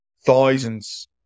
thousands